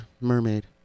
Mermaid